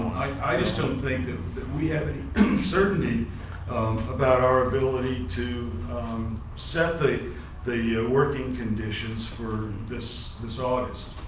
i just don't think that we have any certainty about our ability to set the the working conditions for this this august.